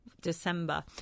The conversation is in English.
December